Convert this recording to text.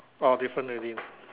orh different already